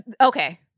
Okay